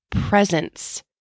presence